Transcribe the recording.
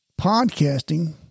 podcasting